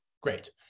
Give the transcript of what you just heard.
Great